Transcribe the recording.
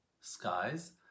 skies